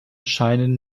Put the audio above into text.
scheinen